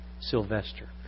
Sylvester